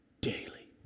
daily